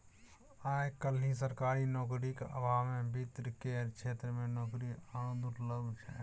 आय काल्हि सरकारी नौकरीक अभावमे वित्त केर क्षेत्रमे नौकरी आरो दुर्लभ छै